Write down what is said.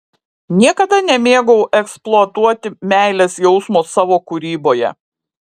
niekada nemėgau eksploatuoti meilės jausmo savo kūryboje